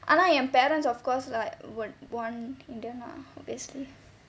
ஆனா என்:aanaa en parents of course lah would want indian ah basically